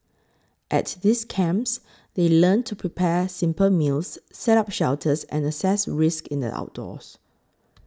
at these camps they learn to prepare simple meals set up shelters and assess risks in the outdoors